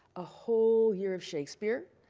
a whole year of shakespeare,